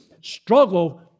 Struggle